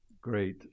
great